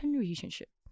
relationship